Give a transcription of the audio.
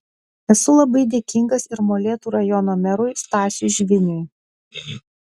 esu labai dėkingas ir molėtų rajono merui stasiui žviniui